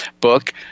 book